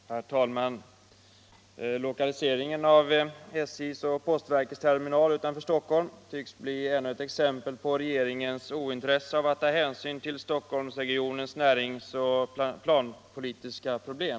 Herr talman! Lokaliseringen av SJ:s och postverkets terminal utanför Stockholm tycks bli ännu ett exempel på regeringens ointresse av att ta hänsyn till Stockholmsregionens näringsoch planpolitiska problem.